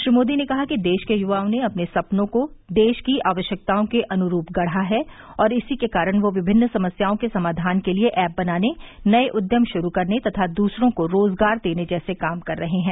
श्री मोदी ने कहा कि देश के युवाओं ने अपने सपनों को देश की आवश्यकताओं के अनुरूप गढ़ा है और इसी के कारण वे विभिन्न समस्याओं के समाधान के लिए ऐप बनाने नए उद्यम शुरू करने तथा दूसरो को रोजगार देने जैसे काम कर रहे हैं